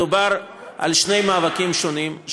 מדובר בשני מאבקים שונים.